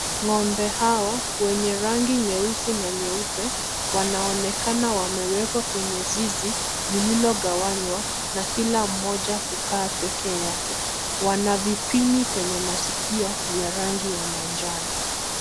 Ng'ombe hawa wenye rangi nyeusi na nyeupe wanaonekana wamewekwa kwenye zizi lililogawanywa na kila mmoja kukaa peke yake. Wana vipini kwenye masikio vya rangi ya manjano.